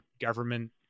government